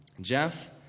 Jeff